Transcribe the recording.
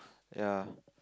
ya